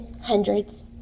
hundreds